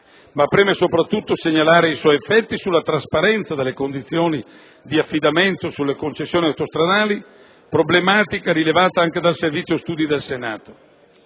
ma preme soprattutto segnalare i suoi effetti sulla trasparenza delle condizioni di affidamento delle concessioni autostradali, problematica rilevata anche dal Servizio studi del Senato.